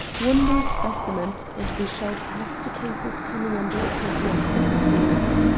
one more specimen, and we shall pass to cases coming under ecclesiastical courts.